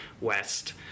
West